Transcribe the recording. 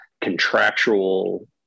contractual